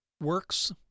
Works